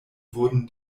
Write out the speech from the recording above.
wurden